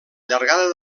llargada